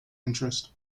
interest